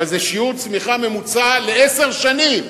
אבל זה שיעור צמיחה ממוצע לעשר שנים.